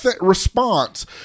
response